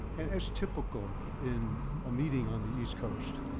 and as typical in a meeting on the east coast.